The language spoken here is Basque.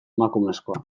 emakumezkoa